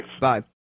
bye